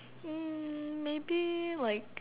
mm maybe like